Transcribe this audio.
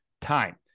time